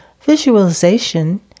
visualization